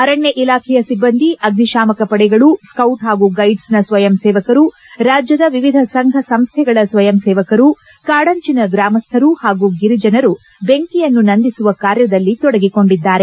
ಅರಣ್ಣ ಇಲಾಖೆಯ ಸಿಬ್ಲಂದಿ ಅಗ್ನಿಶಾಮಕ ಪಡೆಗಳು ಸ್ತೌಟ್ ಹಾಗೂ ಗೈಡ್ವೆನ ಸ್ವಯಂ ಸೇವಕರು ರಾಜ್ಯದ ವಿವಿಧ ಸಂಘ ಸಂಸ್ಟೆಗಳ ಸ್ವಯಂಸೇವಕರು ಕಾಡಂಚನ ಗ್ರಾಮಸ್ವರು ಹಾಗೂ ಗಿರಿಜನರು ಬೆಂಕಿಯನ್ನು ನಂದಿಸುವ ಕಾರ್ಯದಲ್ಲಿ ತೊಡಗಿಕೊಂಡಿದ್ದಾರೆ